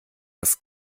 das